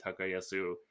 Takayasu